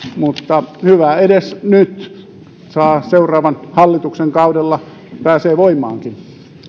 mutta hyvä edes nyt seuraavan hallituksen kaudella pääsee voimaankin